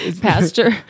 Pastor